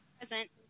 Present